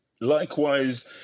Likewise